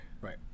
Right